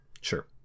Sure